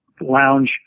lounge